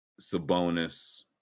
Sabonis